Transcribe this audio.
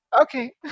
Okay